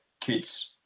kids